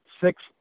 six